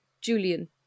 Julian